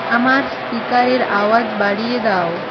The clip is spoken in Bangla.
আমার স্পীকারের আওয়াজ বাড়িয়ে দাও